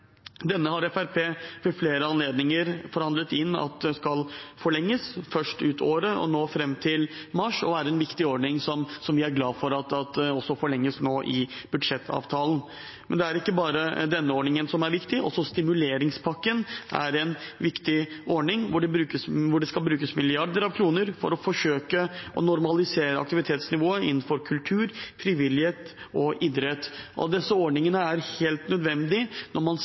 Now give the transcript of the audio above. Denne har Fremskrittspartiet ved flere anledninger forhandlet inn at skal forlenges – først ut året og nå fram til mars – det er en viktig ordning som vi er glad for at også forlenges nå i budsjettavtalen. Men det er ikke bare denne ordningen som er viktig. Også stimuleringspakken er en viktig ordning, hvor det skal brukes milliarder av kroner for å forsøke å normalisere aktivitetsnivået innenfor kultur, frivillighet og idrett. Disse ordningene er helt nødvendige når man